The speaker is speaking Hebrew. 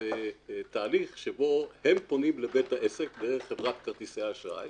זה תהליך שבו הם פונים לבית העסק דרך חברת כרטיסי האשראי